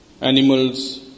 animals